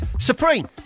Supreme